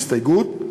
הסתייגות,